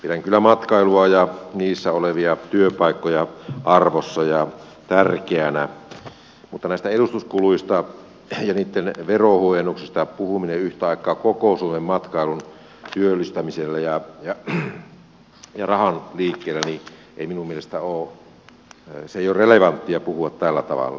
pidän kyllä matkailua ja siinä olevia työpaikkoja arvossa ja tärkeinä mutta näistä edustuskuluista ja niitten veronhuojennuksesta puhuminen yhtä aikaa koko suomen matkailun työllistämisen ja rahan liikkeen kannalta ei minun mielestäni ole relevanttia puhua tällä tavalla